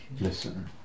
listen